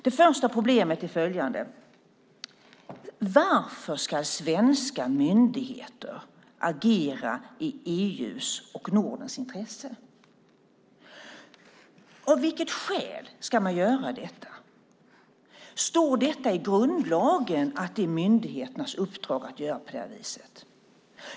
Det första problemet är följande: Varför ska svenska myndigheter agera i EU:s och Nordens intresse? Av vilket skäl ska man göra det? Står det i grundlagen att det är myndigheternas uppdrag att göra på det viset?